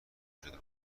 شده